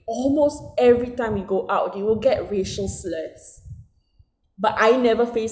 almost every time we go out they will get racial slurs but I never faced